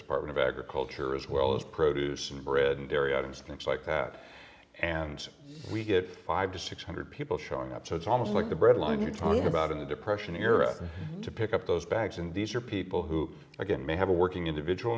department of agriculture as well as produce and bread and dairy outings things like that and we get five to six hundred people showing up so it's almost like the bread line you're talking about in the depression era to pick up those bags and these are people who again may have a working individual